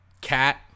Cat